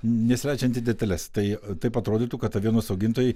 nesileidžiant į detales tai taip atrodytų kad avienos augintojai